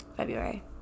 February